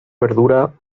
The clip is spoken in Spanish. verdura